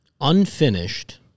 unfinished